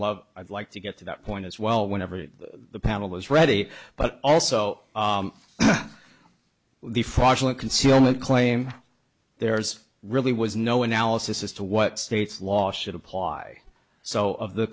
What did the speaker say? love i'd like to get to that point as well whenever the panel is ready but also the fraudulent concealment claim there's really was no analysis as to what state's law should apply so of the